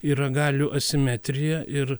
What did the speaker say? yra galių asimetrija ir